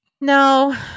No